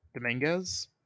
Dominguez